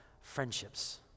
friendships